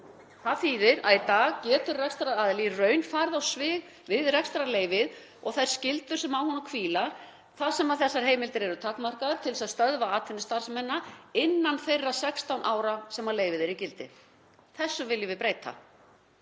Það þýðir að í dag getur rekstraraðili í raun farið á svig við rekstrarleyfið og þær skyldur sem á honum hvíla þar sem þessar heimildir eru takmarkaðar til þess að stöðva atvinnustarfsemina innan þeirra 16 ára sem leyfið er í gildi. Þessu viljum við breyta.